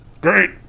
great